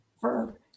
verb